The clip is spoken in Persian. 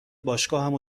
باشگاهمو